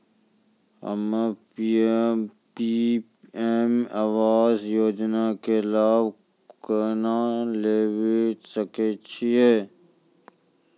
हम्मे पी.एम आवास योजना के लाभ केना लेली सकै छियै?